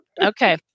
Okay